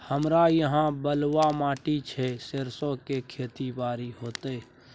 हमरा यहाँ बलूआ माटी छै सरसो के खेती बारी होते?